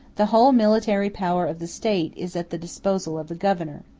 the whole military power of the state is at the disposal of the governor.